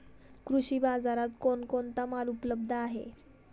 कृषी बाजारात कोण कोणता माल उपलब्ध आहे?